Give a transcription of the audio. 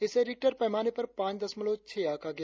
इसे रिक्टर पैमाने पर पांच दशमलव छह आंका गया